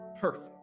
Perfect